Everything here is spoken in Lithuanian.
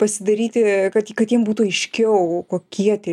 pasidaryti kad kad jiem būtų aiškiau kokie tie